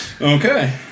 Okay